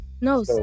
No